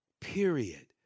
Period